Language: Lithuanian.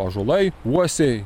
ąžuolai uosiai